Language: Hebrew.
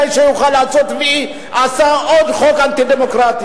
שיוכל לעשות "וי" שעשה עוד חוק אנטי-דמוקרטי.